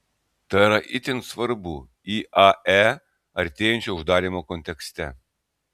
tai yra itin svarbu iae artėjančio uždarymo kontekste